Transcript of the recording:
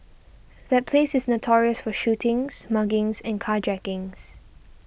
that place is notorious for shootings muggings and carjackings